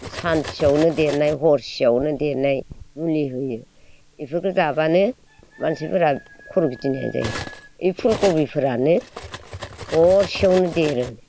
सानसेयावनो देरनाय हरसेयावनो देरनाय मुलि होयो बेफोरखौ जाबानो मानसिफ्रा खर' गिदिनाय जायो बे पुल कपि फोरानो हरसेयावनो देरो